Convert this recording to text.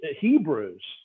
Hebrews